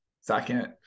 second